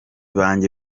banjye